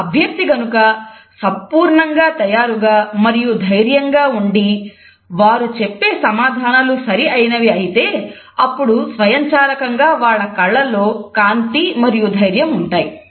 ఒక అభ్యర్థి గనుక సంపూర్ణంగా తయారుగా మరియు ధైర్యంగా ఉండి వారు చెప్పే సమాధానాలు సరి అయినవి అయితే అప్పుడు స్వయంచాలకంగా వారి కళ్లలో కాంతి మరియు ధైర్యం ఉంటాయి